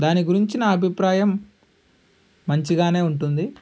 దాని గురించి నా అభిప్రాయం మంచిగానే ఉంటుంది